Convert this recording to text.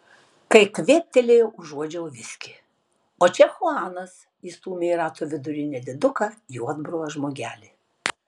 kai kvėptelėjo užuodžiau viskį o čia chuanas įstūmė į rato vidurį nediduką juodbruvą žmogelį